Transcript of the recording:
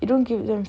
you don't give them